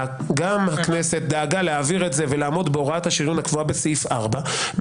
גם הכנסת דאגה להעביר את זה ולעמוד בהוראת השריון הקבועה בסעיף 4,